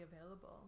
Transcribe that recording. available